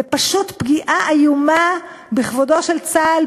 זו פשוט פגיעה איומה בכבודו של צה"ל,